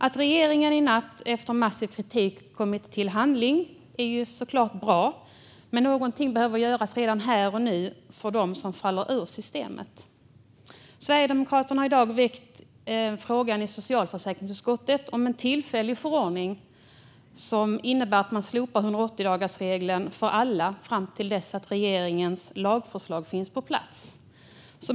Att regeringen i natt efter massiv kritik skridit till handling är såklart bra, men något behöver göras här och nu för dem som faller ur systemet. Sverigedemokraterna har i dag i socialförsäkringsutskottet väckt frågan om en tillfällig förordning som innebär att man slopar 180-dagarsregeln för alla till dess att regeringens lagförslag finns på plats.